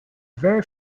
very